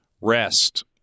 rest